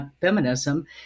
feminism